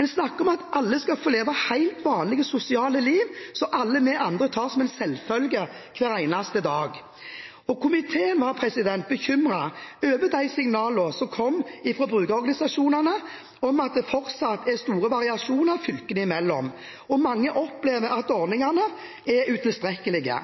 En snakker om at alle skal få leve helt vanlige sosiale liv som alle vi andre tar som en selvfølge hver eneste dag. Komiteen var bekymret over de signalene som kom fra brukerorganisasjonene om at det fortsatt er store variasjoner fylkene imellom. Mange opplever at ordningene er utilstrekkelige.